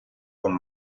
con